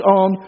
on